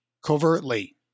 covertly